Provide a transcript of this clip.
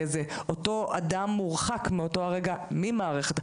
אותו אדם מורחק מאותו הרגע מהמערכת,